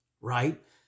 right